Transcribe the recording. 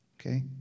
Okay